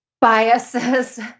biases